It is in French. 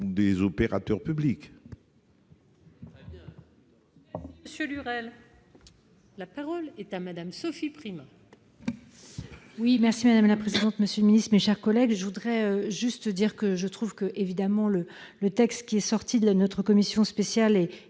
des opérateurs publics